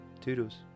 toodles